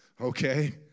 okay